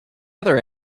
other